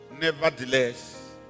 Nevertheless